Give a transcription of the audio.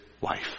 wife